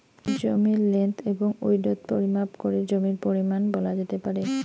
জমির লেন্থ এবং উইড্থ পরিমাপ করে জমির পরিমান বলা যেতে পারে